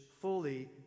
fully